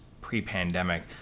pre-pandemic